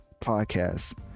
podcast